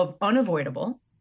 unavoidable